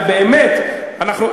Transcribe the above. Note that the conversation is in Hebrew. לכן אתם רוצים לגרש אותם.